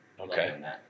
Okay